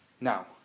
Now